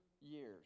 years